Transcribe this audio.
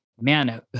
man